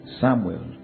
Samuel